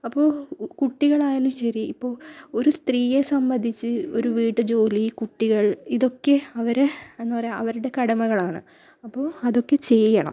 അപ്പോൾ കുട്ടികളായാലും ശരി ഇപ്പോൾ ഒരു സ്ത്രീയെ സംബന്ധിച്ച് ഒരു വീട്ട് ജോലി കുട്ടികൾ ഇതൊക്കെ അവർ എന്ന് പറയുക അവരുടെ കടമകളാണ് അപ്പോൾ അതൊക്കെ ചെയ്യണം